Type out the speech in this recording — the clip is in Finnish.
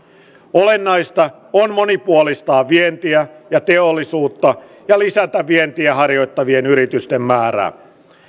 olennaista on monipuolistaa vientiä ja teollisuutta ja lisätä vientiä harjoittavien yritysten määrää